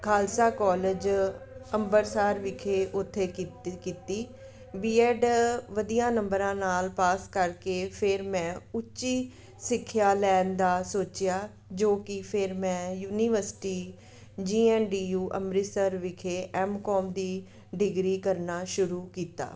college Amritsar ਵਿਖੇ ਉੱਥੇ ਕੀਤ ਕੀਤੀ ਬੀਐਡ ਵਧੀਆ ਨੰਬਰਾਂ ਨਾਲ ਪਾਸ ਕਰਕੇ ਫਿਰ ਮੈਂ ਉੱਚੀ ਸਿੱਖਿਆ ਲੈਣ ਦਾ ਸੋਚਿਆ ਜੋ ਕਿ ਫਿਰ ਮੈਂ university G N D U Amritsar ਵਿਖੇ ਐੱਮਕੌਮ ਦੀ ਡਿਗਰੀ ਕਰਨਾ ਸ਼ੁਰੂ ਕੀਤਾ